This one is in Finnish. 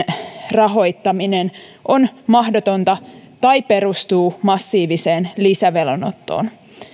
rahoittaminen on mahdotonta tai perustuu massiiviseen lisävelan ottoon